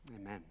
amen